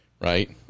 right